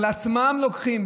על עצמם הם לוקחים,